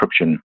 encryption